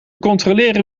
controleren